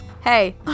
Hey